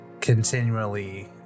continually